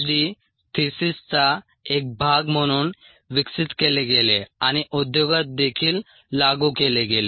D थीसिसचा एक भाग म्हणून विकसित केले गेले आणि उद्योगात देखील लागू केले गेले